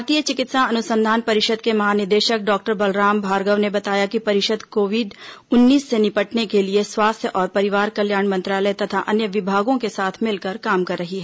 भारतीय चिकित्सा अनुसंधान परिषद के महानिदेशक डॉक्टर बलराम भार्गव ने बताया कि परिषद कोविड उन्नीस से निपटने के लिए स्वास्थ्य और परिवार कल्याण मंत्रालय तथा अन्य विभागों के साथ मिलकर काम कर रही है